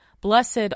Blessed